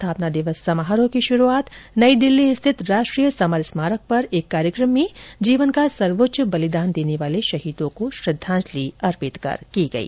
स्थापना दिवस समारोह की शुरूआत नई दिल्ली स्थित राष्ट्रीय समर स्मारक पर एक कार्यक्रम में जीवन का सर्वोच्च बलिदान देने वाले शहीदों को श्रद्वांजलि अर्पित कर की गई